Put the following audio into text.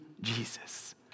Jesus